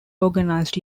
organized